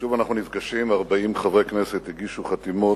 שוב אנחנו נפגשים, 40 חברי כנסת הגישו חתימות.